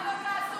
מה לא תעשו?